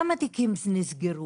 כמה תיקים נסגרו?